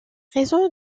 raisons